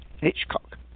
Hitchcock